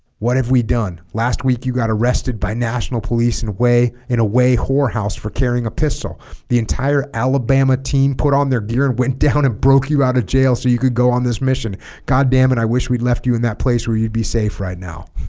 what have we done last week you got arrested by national police and way in a way whore house for carrying a pistol the entire alabama team put on their gear and went down and broke you out jail so you could go on this mission god damn it i wish we'd left you in that place where you'd be safe right now